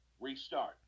restart